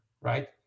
right